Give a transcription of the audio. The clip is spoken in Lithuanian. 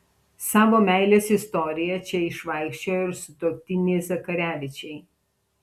savo meilės istoriją čia išvaikščiojo ir sutuoktiniai zakarevičiai